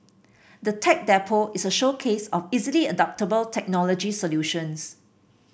the Tech Depot is a showcase of easily adoptable technology solutions